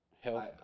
Health